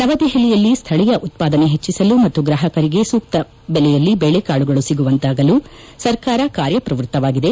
ನವದೆಹಲಿಯಲ್ಲಿ ಸ್ಥಳೀಯ ಉತ್ಪಾದನೆ ಹೆಚ್ಚಿಸಲು ಮತ್ತು ಗ್ರಾಹಕರಿಗೆ ಸೂಕ್ತ ಬೆಲೆಯಲ್ಲಿ ಬೇಳೆಕಾಳುಗಳು ಸಿಗುವಂತಾಗಲು ಸರ್ಕಾರ ಕಾರ್ಯಪ್ರವ್ಯಕ್ತವಾಗಿದೆ